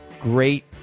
Great